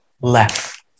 left